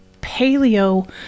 paleo